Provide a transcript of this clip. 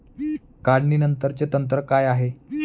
काढणीनंतरचे तंत्र काय आहे?